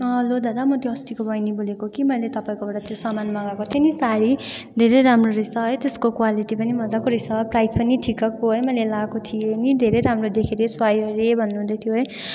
hello दादा म त्यो अस्तिको बहिनी बोलेको कि मैले तपाईँकोबाट त्यो समान मगाएको थिएँ नि सारी धेरै राम्रो रहेछ है त्यसको क्वालिटी पनि मजाको रहेछ प्राइज पनि ठिक्कको है मैले लाको थिएँ नि धेरै राम्रो देख्यो अरे सुहायो अरे भन्नु हुँदै थियो है